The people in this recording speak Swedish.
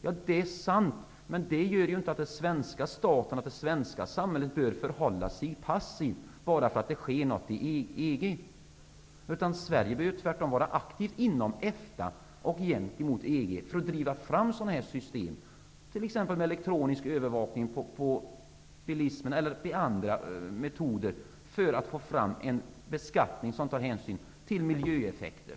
Ja, det är sant, men det gör inte att svenska staten skall förhålla sig passivt. Sverige bör tvärtom vara aktivt inom EFTA och gentemot EG för att driva fram sådana här system, t.ex. med elektronisk övervakning av bilismen eller andra metoder. Det behövs en beskattning som tar hänsyn till miljöeffekter.